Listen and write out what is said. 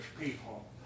people